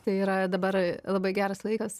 tai yra dabar labai geras laikas